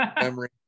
memory